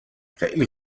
خیلی